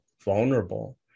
vulnerable